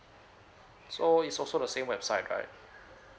so it's also the same website right